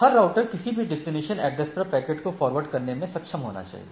हर router किसी भी destination address पर पैकेट को फॉरवर्ड करने में सक्षम होना चाहिए